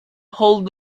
hold